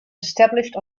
established